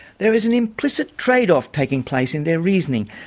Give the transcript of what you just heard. there is an implicit trade-off taking place in their reasoning.